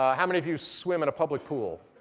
ah how many of you swim in a public pool,